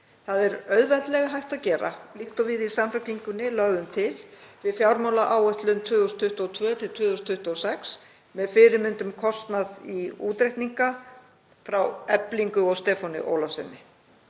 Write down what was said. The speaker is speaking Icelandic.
Það er auðveldlega hægt að gera líkt og við í Samfylkingunni lögðum til við fjármálaáætlun 2022–2026 með fyrirmynd um kostnað í útreikninga frá Eflingu og Stefáni Ólafssyni.